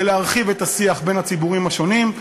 להרחיב את השיח בין הציבורים השונים,